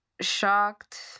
shocked